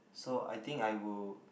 so I think I will